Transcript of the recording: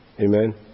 Amen